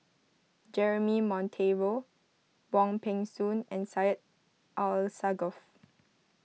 Jeremy Monteiro Wong Peng Soon and Syed Alsagoff